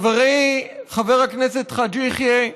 חברי חבר הכנסת חאג' יחיא,